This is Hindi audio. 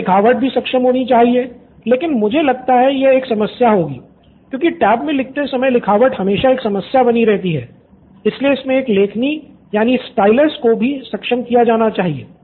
फिर लिखावट भी सक्षम होनी चाहिए लेकिन मुझे लगता है कि यह एक समस्या होगी क्योंकि टैब में लिखते समय लिखावट हमेशा एक समस्या बनी रहती है इसलिए इसमे एक लेखनी को भी सक्षम किया जाना चाहिए